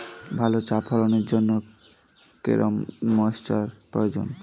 ভালো চা ফলনের জন্য কেরম ময়স্চার প্রয়োজন?